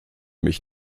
mich